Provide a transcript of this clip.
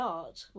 art